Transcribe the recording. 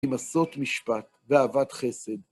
אם עשות משפט ואהבת חסד.